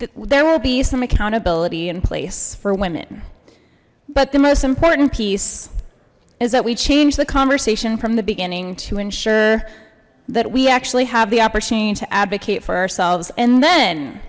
there will be some accountability in place for women but the most important piece is that we change the conversation from the beginning to ensure that we actually have the opportunity to advocate for ourselves and then